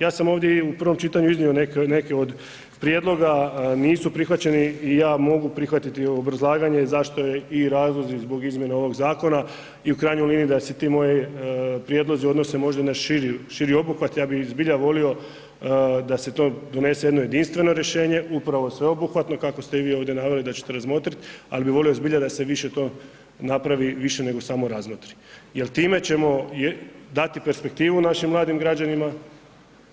Ja sam ovdje i u prvom čitanju iznio neke od prijedloga, nisu prihvaćeni i ja mogu prihvatiti obrazlaganje zašto je i razlozi zbog ovog zakona i u krajnjoj liniji da se ti moji prijedlozi odnose možda na širi obuhvat, ja bi zbilja volio da se tu donese jedno jedinstveno rješenje, upravo sveobuhvatno kako ste i vi ovdje naveli da ćete razmotriti ali bi volio zbilja se više to napraviti više nego samo razmotri jer time ćemo dati perspektivu našim mladim građanima